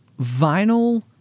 vinyl